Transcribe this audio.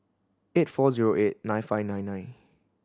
eight four zero eight nine five nine nine